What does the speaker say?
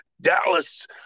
Dallas